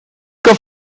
cup